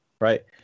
right